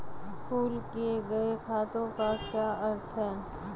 Pool किए गए खातों का क्या अर्थ है?